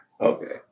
okay